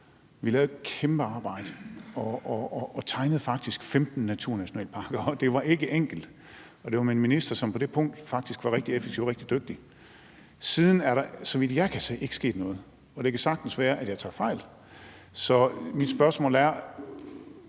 Vi lavede et kæmpe arbejde og tegnede faktisk 15 naturnationalparker, og det var ikke enkelt, og det var med en minister, som på det punkt faktisk var rigtig effektiv og rigtig dygtig. Siden er der, så vidt jeg kan se, ikke sket noget, og det kan sagtens være, at jeg tager fejl. Så mit spørgsmål er: